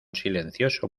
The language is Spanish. silencioso